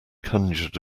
conjured